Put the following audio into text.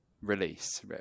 release